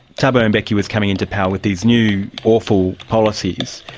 thabo mbeki was coming into power with these new awful policies.